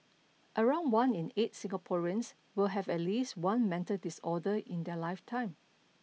around one in eight Singaporeans will have at least one mental disorder in their lifetime